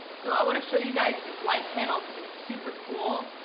so i want to show you guys this light panel cause it's super cool,